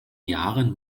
jahren